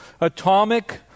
atomic